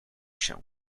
się